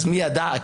אז מי ידע?